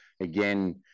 again